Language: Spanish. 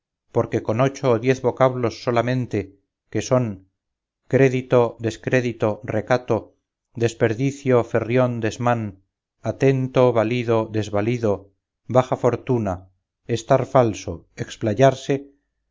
porque con ocho o diez vocablos solamente que son crédito descrédito recato desperdicio ferrión desmán atento valido desvalido baja fortuna estar falso explayarse